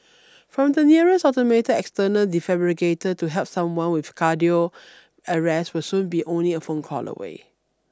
finding the nearest automated external defibrillator to help someone with cardiac arrest will soon be only a phone call away